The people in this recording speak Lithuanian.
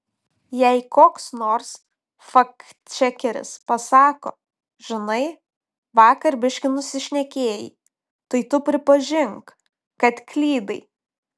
jei koks nors faktčekeris pasako žinai vakar biškį nusišnekėjai tai tu pripažink kad klydai